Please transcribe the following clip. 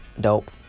Dope